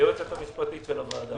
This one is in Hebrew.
היועצת המשפטית של הוועדה.